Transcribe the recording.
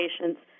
patients